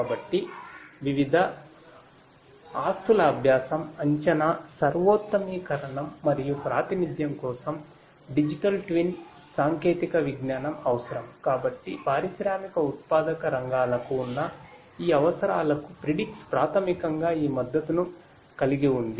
కాబట్టి వివిధ ఆస్తుల అభ్యాసం అంచనా సర్వోత్తమీకరణం మరియు ప్రాతినిధ్యం కోసం డిజిటల్ ట్విన్ ప్రాథమికంగా ఈ మద్దతును కలిగి ఉంది